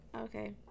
Okay